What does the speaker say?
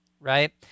Right